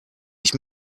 ich